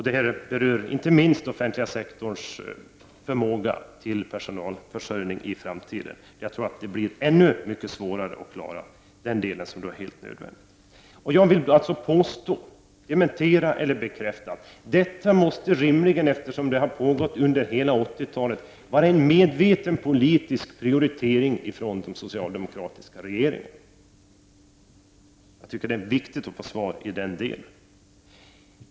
Detta berör inte minst den offentliga sektorns förmåga till personalförsörjning i framtiden. Jag tror att det kommer att bli ännu mycket svårare att klara den delen, som ju är helt nödvändig. Jag vill alltså påstå — dementera eller bekräfta! — att detta, eftersom det har pågått under hela 80-talet, rimligen måste vara en medveten politisk prioritering från den socialdemokratiska regeringens sida. Jag tycker det är viktigt att få ett svar.